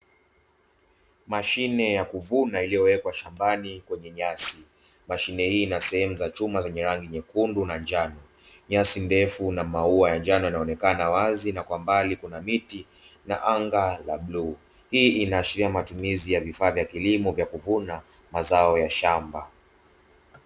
Mashine ya kuvuna iliyowekwa shambani kwenye nyasi. Mashine hii ina sehemu ya chuma zenye rangi nyekundu na njano, nyasi ndefu na maua ya njano yanaonekana wazi, na kwa mbali kuna miti na anga la bluu. Hii inaashiria matumizi ya vifaa vya kilimo vya kuvuna mazao ya shamba.